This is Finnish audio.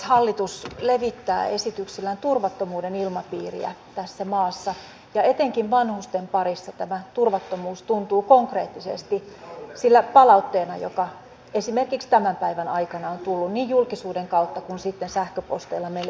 hallitus levittää esityksillään turvattomuuden ilmapiiriä tässä maassa ja etenkin vanhusten parissa tämä turvattomuus tuntuu konkreettisesti sinä palautteena jota esimerkiksi tämän päivän aikana on tullut niin julkisuuden kautta kuin sitten sähköposteina meille edustajille